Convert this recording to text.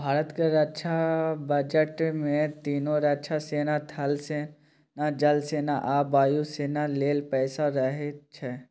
भारतक रक्षा बजट मे तीनों रक्षा सेना थल सेना, जल सेना आ वायु सेना लेल पैसा रहैत छै